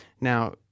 Now